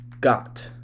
got